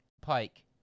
Pike